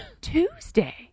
Tuesday